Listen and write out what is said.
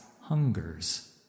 hungers